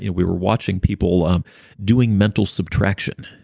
and we were watching people um doing mental subtraction,